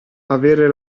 avere